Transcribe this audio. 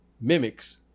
mimics